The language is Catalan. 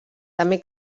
també